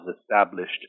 established